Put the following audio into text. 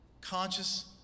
conscious